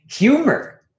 Humor